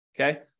Okay